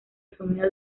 asumió